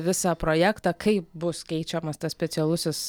visą projektą kaip bus keičiamas tas specialusis